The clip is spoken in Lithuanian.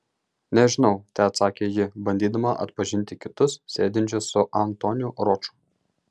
nežinau teatsakė ji bandydama atpažinti kitus sėdinčius su antoniu roču